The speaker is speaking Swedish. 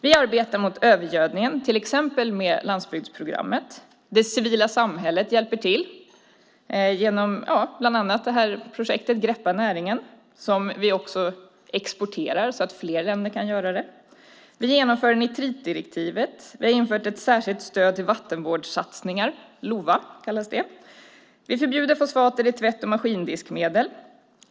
Vi arbetar mot övergödningen, till exempel i form av landsbygdsprogrammet. Det civila samhället hjälper till bland annat genom projektet Greppa näringen, ett projekt som vi också exporterar så att fler länder kan göra det. Vi genomför även nitritdirektivet. Vi har infört ett särskilt stöd till vattenvårdssatsningar, som kallas LOVA. Vi förbjuder fosfater i tvätt och maskindiskmedel.